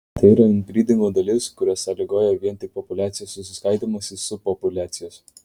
tai yra inbrydingo dalis kurią sąlygoja vien tik populiacijos susiskaidymas į subpopuliacijas